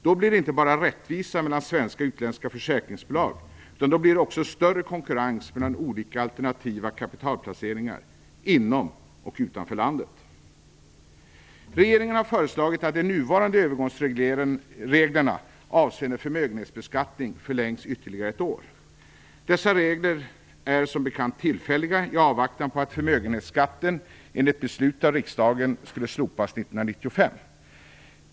Då blir det inte bara rättvisa mellan svenska och utländska försäkringsbolag, utan då blir det också en större konkurrens mellan olika alternativa kapitalplaceringar inom och utanför landet. Regeringen har föreslagit att de nuvarande övergångsreglerna avseende förmögenhetsbeskattning förlängs ytterligare ett år. Dessa regler är tillfälliga i avvaktan på att förmögenhetsskatten enligt beslut av riksdagen skulle slopas 1995.